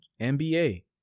NBA